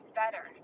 better